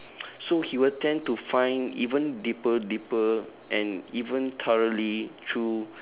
so he will tend to find even deeper deeper and even thoroughly through